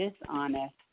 dishonest